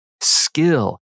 skill